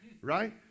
right